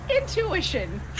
intuition